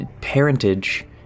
parentage